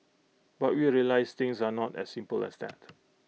but we realised things are not as simple as that